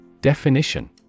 Definition